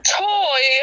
toy